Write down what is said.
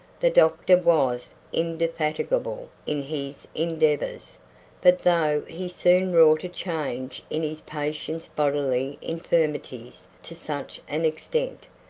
the doctor was indefatigable in his endeavours but though he soon wrought a change in his patient's bodily infirmities to such an extent,